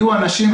יהיו אנשים,